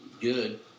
good